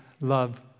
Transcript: Love